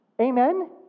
Amen